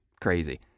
crazy